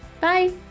bye